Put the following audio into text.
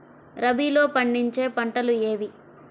రబీలో పండించే పంటలు ఏవి?